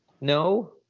No